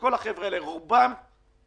וכל החבר'ה האלה, רובם עצמאים.